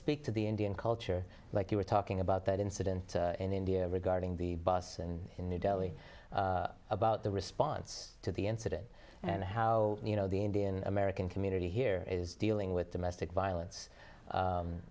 speak to the indian culture like you were talking about that incident in india regarding the bus and in new delhi about the response to the incident and how you know the indian american community here is dealing with domestic violence